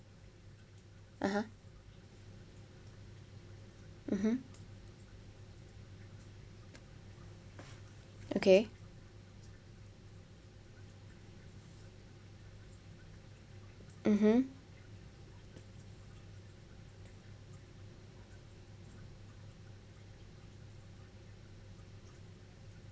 (uh huh) mmhmm okay mmhmm